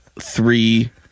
three